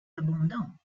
abondants